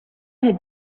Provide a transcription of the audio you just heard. had